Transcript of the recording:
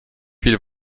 viel